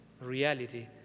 reality